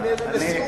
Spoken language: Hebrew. נפנה אל הנשיאות,